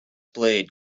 blade